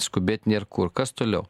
skubėt nėr kur kas toliau